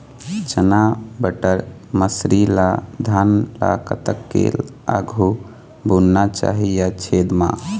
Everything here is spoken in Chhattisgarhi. चना बटर मसरी ला धान ला कतक के आघु बुनना चाही या छेद मां?